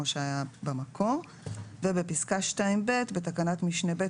כאילו-"; בפסקה (2)(ב) בתקנת משנה (ב)